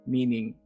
Meaning